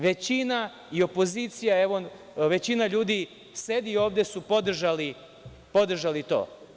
Većina i opozicija, većina ljudi sedi ovde, većina su podržali to.